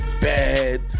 bad